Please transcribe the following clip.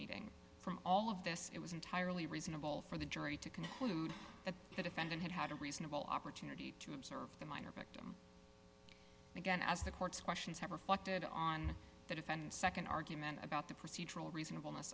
meeting from all of this it was entirely reasonable for the jury to conclude that the defendant had had a reasonable opportunity to observe the minor victim again as the court's questions have reflected on the defendant nd argument about the procedural reasonable